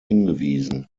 hingewiesen